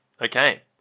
Okay